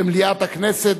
במליאת הכנסת,